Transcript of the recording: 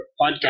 podcast